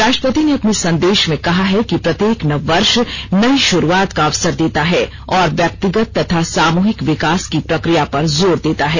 राष्ट्रपति ने अपने संदेश में कहा है कि प्रत्येक नववर्ष नई शुरुआत का अवसर देता है और व्यक्तिगत तथा सामूहिक विकास की प्रक्रिया पर जोर देता है